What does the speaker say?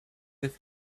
lift